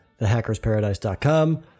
thehackersparadise.com